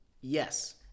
Yes